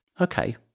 Okay